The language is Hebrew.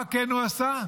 מה כן הוא עשה?